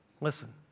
Listen